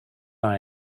lie